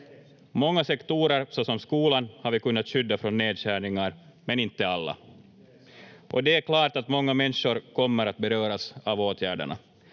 Många sektorer, såsom skolan, har vi kunnat skydda från nedskärningar, men inte alla, och det är klart att många människor kommer att beröras av åtgärderna.